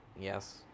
yes